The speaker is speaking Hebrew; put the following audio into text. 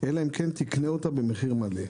אלא אם כן תקנה אותה במחיר מלא.